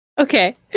Okay